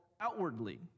outwardly